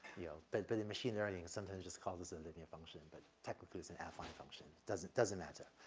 you know, but but the machine learning sometimes just calls this a linear function, but technically it's and an affine function. doesn't doesn't matter.